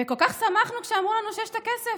וכל כך שמחנו כשאמרו לנו שיש את הכסף.